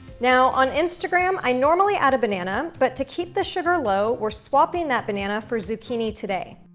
now, on instagram i normally add a banana but to keep the sugar low, we're swapping that banana for zucchini today.